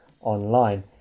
online